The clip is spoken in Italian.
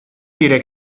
dire